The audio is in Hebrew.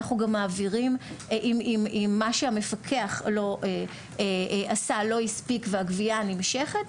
אם מה שהמפקח עשה לא הספיק והגבייה נמשכת,